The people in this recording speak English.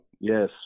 Yes